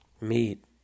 meet